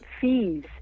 fees